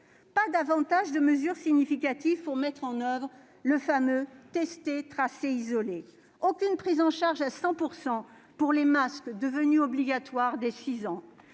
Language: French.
pas davantage de mesures significatives pour mettre en oeuvre le fameux « tester, tracer, isoler ». Et aucune prise en charge à 100 % pour les masques, devenus obligatoires dès l'âge